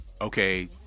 Okay